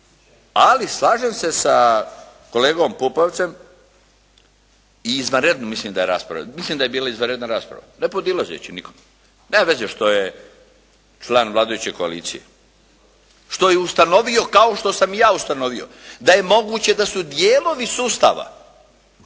Ali slažem se sa kolegom Pupovcem i izvanredna mislim da je rasprava. Mislim da je bila izvanredna rasprava, ne podilazeći nikom. Nema veze što je član vladajuće koalicije što je ustanovio kao što sam i ja ustanovio da je moguće da su dijelovi sustava